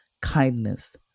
kindness